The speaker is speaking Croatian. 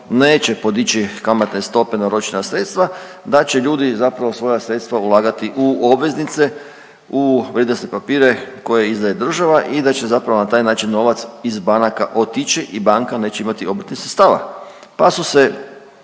neće podići kamatne stope na oročena sredstva da će ljudi zapravo svoja sredstva ulagati u obveznice, u vrijednosne papire koje izdaje države i da će zapravo na taj način novac iz banaka otići i banka neće imati obrtnih sredstava, pa su se